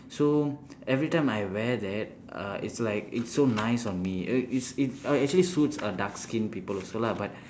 so every time I wear that uh it's like it's so nice on me uh it's uh actually suit a dark skin people also lah but